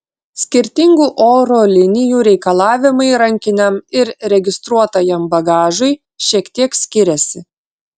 skirtingų oro linijų reikalavimai rankiniam ir registruotajam bagažui šiek tiek skiriasi